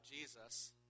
Jesus